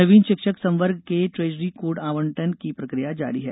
नवीन शिक्षक संवर्ग के ट्रेजरी कोड आबंटन की प्रक्रिया जारी है